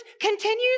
continues